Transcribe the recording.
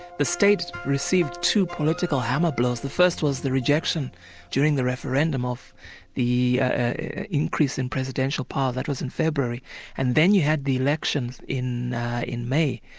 the state received two political hammer blows. the first was the rejection during the referendum of the increase in presidential power that was in february and then you had the elections in in may,